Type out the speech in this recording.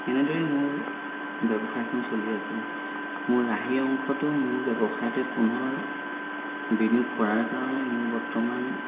এনেদৰেই মোৰ ব্যৱসায়খন চলি আছে মোৰ ৰাহি অংশটো মোৰ ব্যৱসায়তে পুনৰ বিনিয়োগ কৰাৰ কাৰণে মোৰ বৰ্তমান